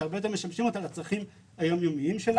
שהרבה יותר משמשים אותה לצרכים היום יומיים שלה.